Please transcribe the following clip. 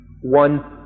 one